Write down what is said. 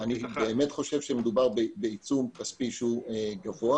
אני חושב שמדובר בעיצום כספי גבוה.